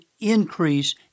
increase